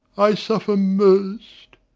i suffer most.